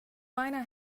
miner